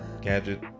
gadget